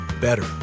better